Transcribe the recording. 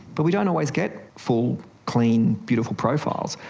but we don't always get full, clean, beautiful profiles,